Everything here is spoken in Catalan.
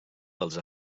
dels